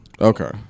Okay